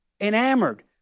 enamored